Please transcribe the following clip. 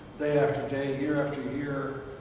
day after day, year after year,